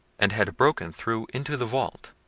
and had broken through into the vault,